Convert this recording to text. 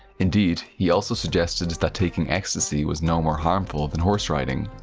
indeed, he also suggested that taking ecstasy was no more harmful than horse-riding.